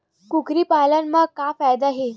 कुकरी पालन म का फ़ायदा हे?